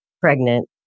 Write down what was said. pregnant